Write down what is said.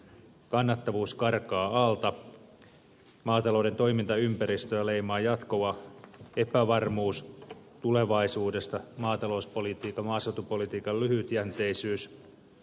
kannattavuus karkaa alta maatalouden toimintaympäristöä leimaa jatkuva epävarmuus tulevaisuudesta maatalouspolitiikka ja maaseutupolitiikka on lyhytjänteistä